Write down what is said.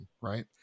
Right